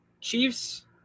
Chiefs